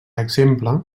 exemple